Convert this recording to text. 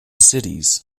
cities